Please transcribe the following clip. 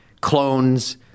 clones